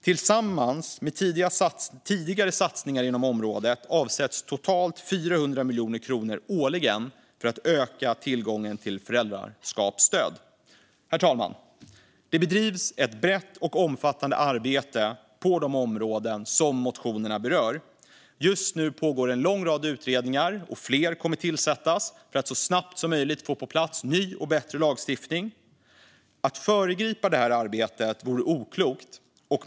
Tillsammans med tidigare satsningar på området innebär detta att det avsätts totalt 400 miljoner kronor årligen för att öka tillgången till föräldraskapsstöd. Herr talman! Det bedrivs ett brett och omfattande arbete på de områden som motionerna berör. Just nu pågår en lång rad utredningar - och fler kommer att tillsättas - för att så snabbt som möjligt få ny och bättre lagstiftning på plats. Att föregripa detta arbete vore oklokt.